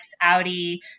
Audi